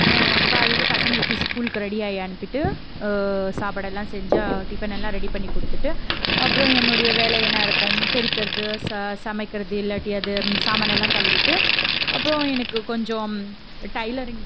காலையில் பசங்களுக்கு ஸ்கூலுக்கு ரெடி ஆகி அனுப்பிவிட்டு சாப்பாடுலாம் செஞ்சு டிஃபன்லாம் ரெடி பண்ணிக் கொடுத்துட்டு அப்புறம் என்னுடைய வேலை என்ன இருக்கும் பெருக்கிறது ச சமைக்கிறது இல்லாட்டி அது சாமான் எல்லாம் கழுவிட்டு அப்புறம் எனக்கு கொஞ்சம் டைலரிங்